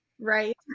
right